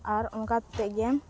ᱟᱨ ᱚᱱᱠᱟ ᱠᱟᱛᱮᱫ ᱜᱮ